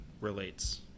relates